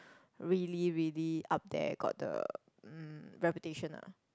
really really up there got the mm reputation lah